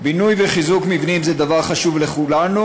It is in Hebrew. בינוי וחיזוק מבנים זה דבר חשוב לכולנו,